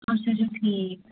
اَچھا اَچھا ٹھیٖک